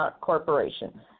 Corporation